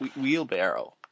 wheelbarrow